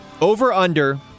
Over-under